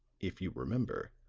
if you remember,